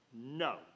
No